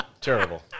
Terrible